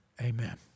Amen